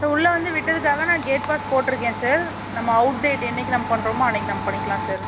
so உள்ளே வந்து விட்டதுக்காக நான் கேட்பாஸ் போட்டுருக்கேன் சார் நம்ம அவுட் டேட் என்றைக்கு நம்ம பண்ணுறோமோ அன்றைக்கு நம்ம பண்ணிக்கலாம் சார்